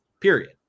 period